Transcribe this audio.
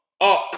Up